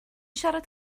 siarad